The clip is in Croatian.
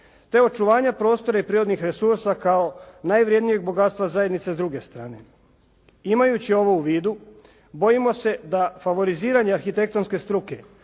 te očuvanje prostora i prirodnih resursa kao najvrednijeg bogatstva zajednice s druge strane. Imajući ovo u vidu bojimo se da favoriziranje arhitektonske struke